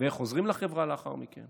ואיך חוזרים לחברה לאחר מכן